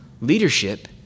leadership